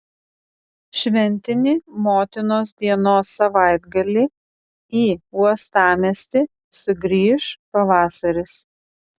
šventinį motinos dienos savaitgalį į uostamiestį sugrįš pavasaris